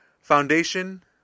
foundation